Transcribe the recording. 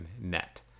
Net